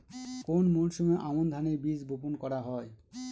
কোন মরশুমে আমন ধানের বীজ বপন করা হয়?